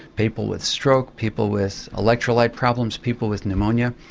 people with stroke, people with electrolyte problems, people with pneumonia.